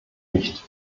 nicht